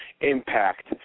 impact